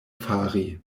fari